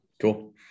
cool